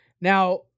Now